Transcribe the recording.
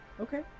Okay